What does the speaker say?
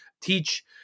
teach